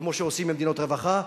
כמו שעושים במדינות רווחה.